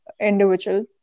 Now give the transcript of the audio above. individual